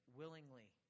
willingly